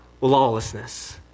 lawlessness